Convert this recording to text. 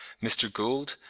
mr. gould,